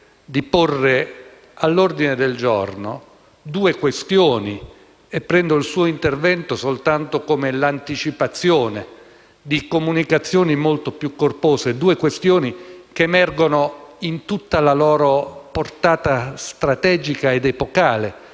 di porre all'ordine del giorno due questioni e prendo il suo intervento solo come l'anticipazione di comunicazioni molto più corpose. Si tratta di due questioni che emergono in tutta la loro portata strategica ed epocale